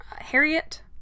Harriet